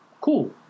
cool